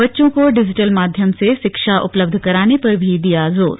बच्चों को डिजिटल माध्यम से शिक्षा उपलब्ध कराने पर भी दिया जोर